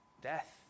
Death